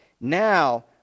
now